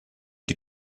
die